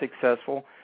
successful